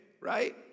right